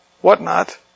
whatnot